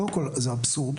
קודם כל זה אבסורד.